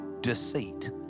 deceit